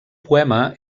poema